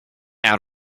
out